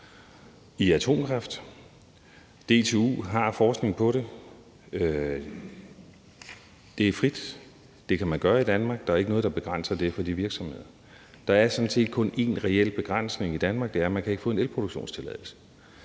i atomkraft. DTU har forskning i det. Det er frit; det kan man gøre i Danmark; der er ikke noget, der begrænser det for de virksomheder. Der er sådan set kun én reel begrænsning i Danmark, og det er, at man ikke kan få en elproduktionstilladelse.